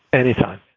anythign